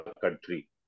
country